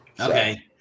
Okay